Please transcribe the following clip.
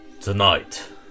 Tonight